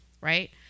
right